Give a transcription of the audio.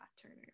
Turner